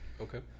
Okay